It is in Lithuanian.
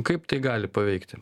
kaip tai gali paveikti